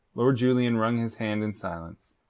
lord julian wrung his hand in silence,